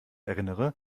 erinnere